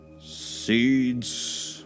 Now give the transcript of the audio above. Seeds